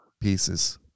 pieces